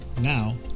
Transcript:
Now